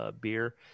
beer